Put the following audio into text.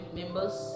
members